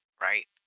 right